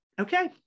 Okay